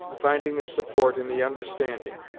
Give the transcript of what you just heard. finding their support in the understanding.